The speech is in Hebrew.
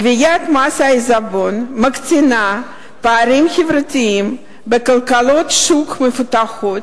גביית מס העיזבון מקטינה פערים חברתיים בכלכלות שוק מפותחות,